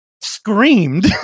screamed